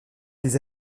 les